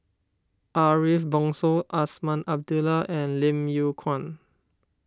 Ariff Bongso Azman Abdullah and Lim Yew Kuan